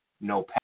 No